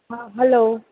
હા હલો